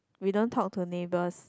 we don't talk to neighbors